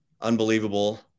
unbelievable